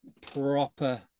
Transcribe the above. proper